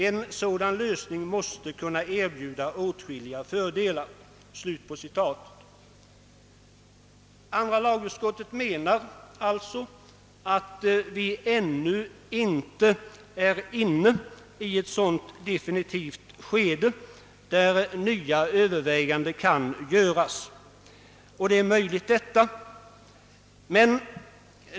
En sådan lösning måste kunna erbjuda åtskilliga fördelar.» Andra lagutskottet menar alltså att vi ännu inte är inne i ett sådant definitivt skede där nya överväganden kan göras. Och det är möjligt att det förhåller sig på detta sätt.